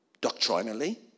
doctrinally